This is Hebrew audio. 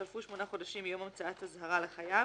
חלפו שמונה חודשים מיום המצאת אזהרה לחייב